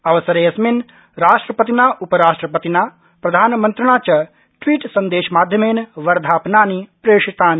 अवसरेऽस्मिन् राष्ट्रपतिना उपराष्ट्रपतिना प्रधानमन्त्रिणा च ट्वीट्सन्देशमाध्यमेन वर्धापनानि प्रेषितानि